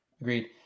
Agreed